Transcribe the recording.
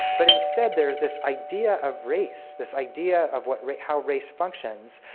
but instead there's this idea of race, this idea of what how race functions,